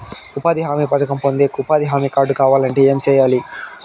ఉపాధి హామీ పథకం పొందేకి ఉపాధి హామీ కార్డు కావాలంటే ఏమి సెయ్యాలి?